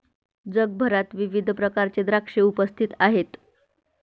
जगभरात विविध प्रकारचे द्राक्षे उपस्थित आहेत